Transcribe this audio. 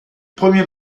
premiers